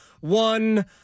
One